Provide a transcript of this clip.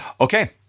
Okay